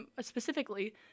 specifically